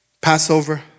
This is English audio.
Passover